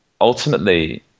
ultimately